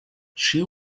she